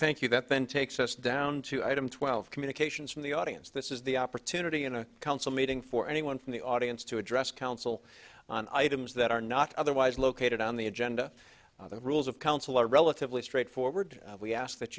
thank you that then takes us down to item twelve communications from the audience this is the opportunity in a council meeting for anyone from the audience to address council on items that are not otherwise located on the agenda the rules of council are relatively straightforward we ask that